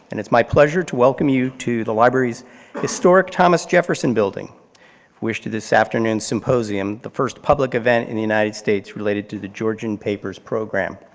and it's my pleasure to welcome you to the library's historic thomas jefferson building for which to this afternoon's symposium, the first public event in the united states related to the georgian papers programme.